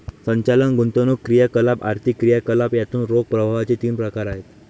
संचालन, गुंतवणूक क्रियाकलाप, आर्थिक क्रियाकलाप यातून रोख प्रवाहाचे तीन प्रकार आहेत